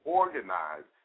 organize